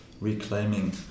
reclaiming